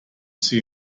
see